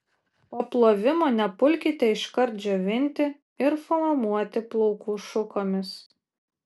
po plovimo nepulkite iškart džiovinti ir formuoti plaukų šukomis